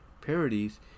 parodies